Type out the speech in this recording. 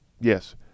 yes